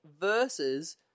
versus